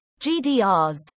GDRs